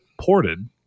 ported